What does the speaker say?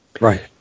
Right